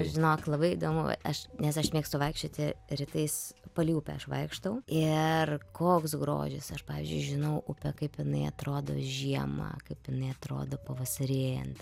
žinok labai įdomu aš nes aš mėgstu vaikščioti rytais palei upę aš vaikštau ir koks grožis aš pavyzdžiui žinau upę kaip jinai atrodo žiemą kaip jinai atrodo pavasarėjant